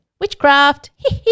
Witchcraft